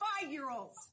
five-year-olds